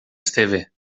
esteve